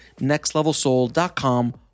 nextlevelsoul.com